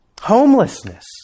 Homelessness